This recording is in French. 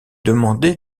demandé